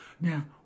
now